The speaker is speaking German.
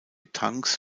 tanks